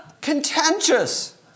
Contentious